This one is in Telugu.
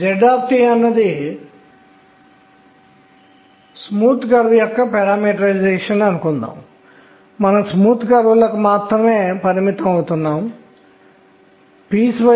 కొన్ని సమయాల్లో అయస్కాంత క్షేత్రంలోని రేఖల సంఖ్య రేఖల విభజన అయస్కాంత క్షేత్రంలో సమానంగా ఉండేలా చూసింది